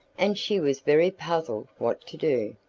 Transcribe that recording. and she was very puzzled what to do.